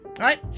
right